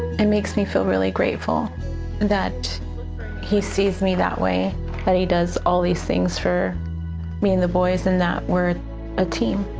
it makes me feel really grateful that he sees me that way, but he does all these things for me and the boys and that we're a team.